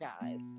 guys